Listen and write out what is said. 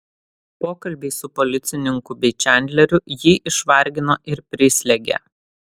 pokalbiai su policininku bei čandleriu jį išvargino ir prislėgė